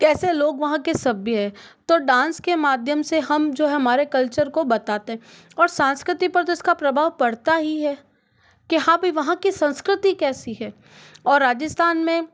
कैसे लोग वहाँ के सभ्य हैं तो डांस के माध्यम से हम जो हमारे कल्चर को बताते हैं और संस्कृति पर जिसका प्रभाव पड़ता ही है कि यहाँ के संस्कृति कैसी है और राजस्थान में